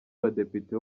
badepite